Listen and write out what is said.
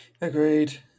Agreed